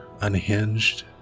unhinged